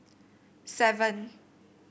seven